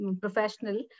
professional